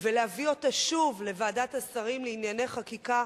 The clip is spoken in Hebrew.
ולהביא אותה שוב לוועדת השרים לענייני חקיקה,